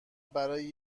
برای